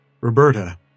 Roberta